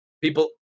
People